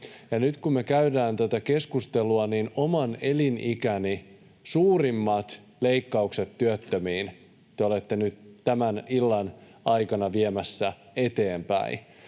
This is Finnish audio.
Nyt kun me käydään tätä keskustelua ja oman elinikäni suurimmat leikkaukset työttömiin te olette tämän illan aikana viemässä eteenpäin,